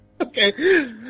Okay